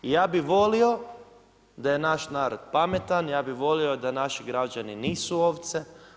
I ja bih volio da je naš narod pametan, ja bih volio da naši građani nisu ovce.